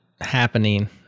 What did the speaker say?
happening